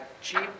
cheap